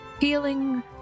feeling